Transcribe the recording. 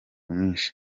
mwinshi